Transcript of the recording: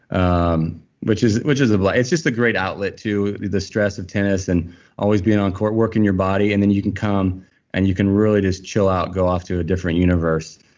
um which is which is a blight. it's just a great outlet to the the stress of tennis and always being on court, working your body, and then you can come and you can really just chill out, go off to a different universe.